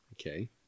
okay